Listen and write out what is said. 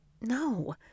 no